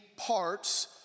Parts